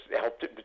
helped